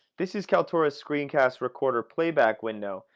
this is kaltura's screencast recorder playback window.